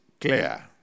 clear